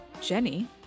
Jenny